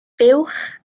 fuwch